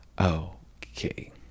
Okay